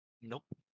Nope